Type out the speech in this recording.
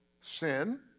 sin